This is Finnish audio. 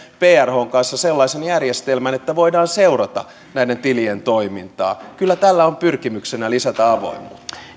prhn kanssa sellaisen järjestelmän että voidaan seurata näiden tilien toimintaa kyllä tällä on pyrkimyksenä lisätä avoimuutta